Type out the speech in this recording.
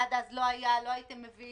עד אז זה לא היה, לא הייתם מביאים.